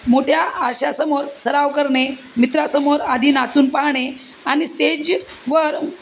मोठ्या आरशासमोर सराव करणे मित्रासमोर आधी नाचून पाहाणे आणि स्टेजवर